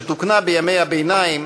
שתוקנה בימי הביניים,